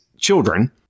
children